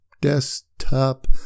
desktop